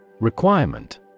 Requirement